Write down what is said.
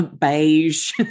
beige